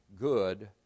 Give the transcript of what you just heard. good